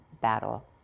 battle